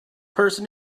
person